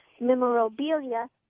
memorabilia